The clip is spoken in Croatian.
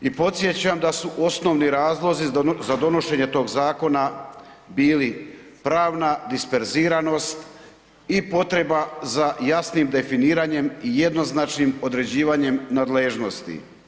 I podsjećam da su osnovni razlozi za donošenje tog zakona bili pravna disperziranost i potreba za jasnim definiranjem i jednoznačnim određivanjem nadležnosti.